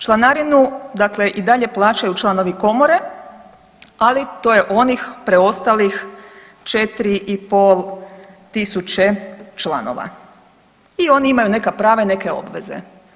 Članarinu dakle i dalje plaćaju članovi Komore, ali to je onih preostalih 4,5 tisuće članova i oni imaju neka prava i neke obveze.